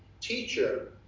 Teacher